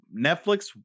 Netflix